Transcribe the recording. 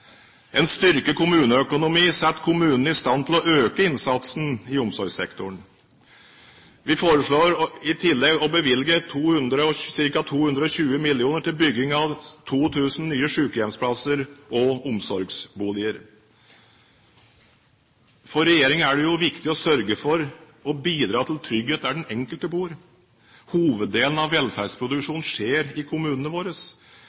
En styrket kommuneøkonomi setter kommunene i stand til å øke innsatsen i omsorgssektoren. Vi foreslår i tillegg å bevilge ca. 220 mill. kr til bygging av 2 000 nye sykehjemsplasser og omsorgsboliger. For regjeringen er det viktig å sørge for og bidra til trygghet der den enkelte bor. Hoveddelen av velferdsproduksjonen skjer i kommunene våre.